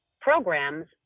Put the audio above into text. programs